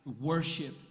worship